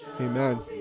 Amen